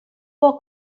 può